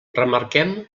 remarquem